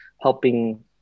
helping